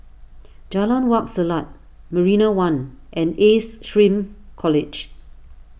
Jalan Wak Selat Marina one and Ace Shrm College